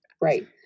Right